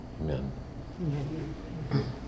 Amen